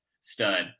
stud